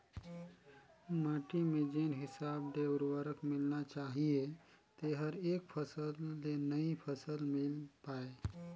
माटी में जेन हिसाब ले उरवरक मिलना चाहीए तेहर एक फसल ले नई फसल मिल पाय